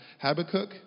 Habakkuk